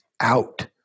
out